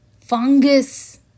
fungus